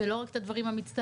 ולא רק את הדברים המצטלמים,